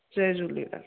Jay Jhulelal